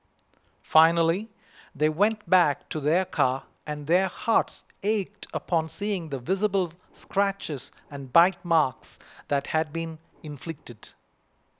finally they went back to their car and their hearts ached upon seeing the visible scratches and bite marks that had been inflicted